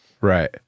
Right